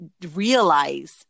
realize